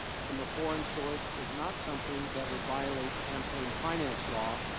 from a foreign source is not something that would violate campaign finance law,